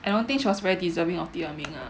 I don't think she was very deserving of 第二名 ah